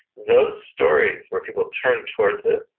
those stories where people turn towards it.